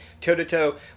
toe-to-toe